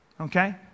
Okay